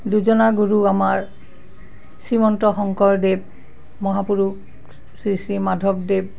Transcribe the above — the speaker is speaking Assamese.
দুজনা গুৰু আমাৰ শ্ৰীমন্ত শংকৰদেৱ মহাপুৰুষ শ্ৰীশ্ৰী মাধৱদেৱ